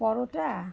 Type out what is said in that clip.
পরোটা